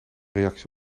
reacties